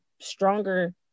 stronger